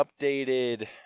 updated